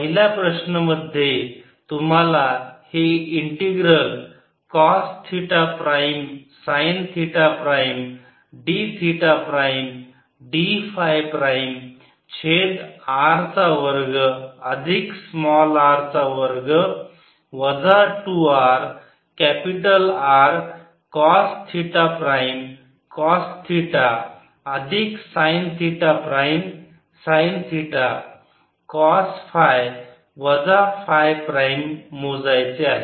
पहिला प्रश्न मध्ये तुम्हाला हे integral cos theta prime sine theta prime d theta prime d phi prime छेद R चा वर्ग अधिक स्मॉल r चा वर्ग वजा 2 r capital R cos theta prime cos theta अधिक sine theta prime sine theta cos phi वजा phi prime मोजायचे आहे